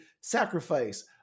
sacrifice